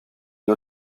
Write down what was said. une